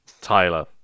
Tyler